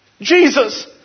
Jesus